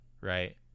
right